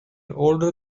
older